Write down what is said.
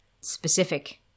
specific